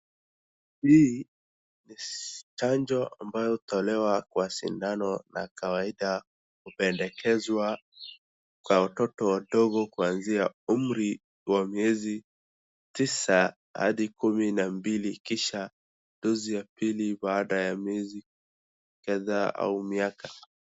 Hii ni chanjo ambayo hutolewa kwa sindano la kawaida. Hupendekezwa kwa watoto wadogo kuanzia umri wa miezi tisa hadi kumi na mbili kisha dozi ya pili baada ya miezi kadhaa au miaka.